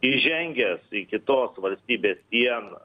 įžengęs į kitos valstybės sieną